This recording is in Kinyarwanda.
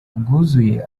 bwuzuye